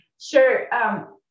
Sure